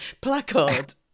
placard